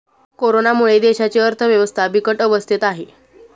कोरोनामुळे देशाची अर्थव्यवस्था बिकट अवस्थेत आहे